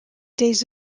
days